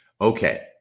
Okay